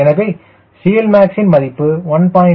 எனவே CLmax யின் மதிப்பு 1